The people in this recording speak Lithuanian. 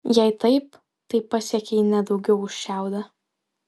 jei taip tai pasiekei ne daugiau už šiaudą